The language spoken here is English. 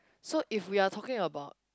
so if we are talking about